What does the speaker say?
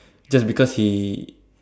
just because he